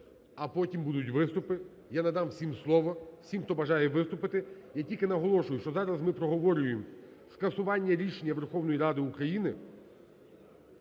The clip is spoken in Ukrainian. а потім будуть виступи, я надам всім слово, всім, хто бажає виступити. Я тільки наголошую, що зараз ми проговорюємо скасування рішення Верховної Ради України